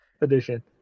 Edition